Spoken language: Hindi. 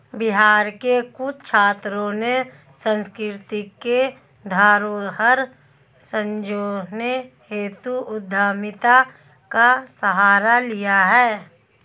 बिहार के कुछ छात्रों ने सांस्कृतिक धरोहर संजोने हेतु उद्यमिता का सहारा लिया है